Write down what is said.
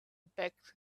back